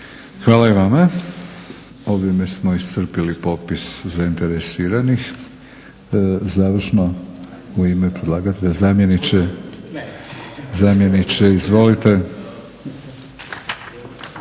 Hvala i vama. Ovime smo iscrpili popis zainteresiranih. Završno u ime predlagatelja zamjeniče izvolite.